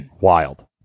wild